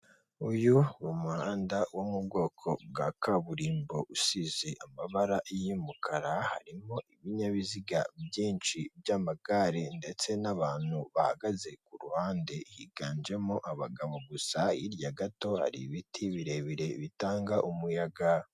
Uyu ni umuhanda wo mu bwoko bwa kaburimbo usize amabara y'umukara harimo ibinyabiziga byinshi by'amagare ndetse n'abantu bahagaze ku ruhande higanjemo abagabo gusa hirya gato hari ibiti birebire bitanga umuyaga.